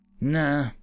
Nah